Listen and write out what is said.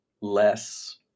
less